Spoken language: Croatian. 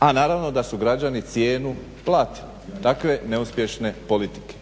a naravno da su cijenu platili takve neuspješne politike.